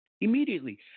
immediately